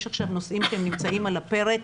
יש עכשיו נושאים שנמצאים על הפרק,